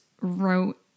wrote